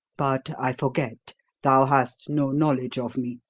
but i forget thou hast no knowledge of me.